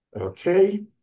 Okay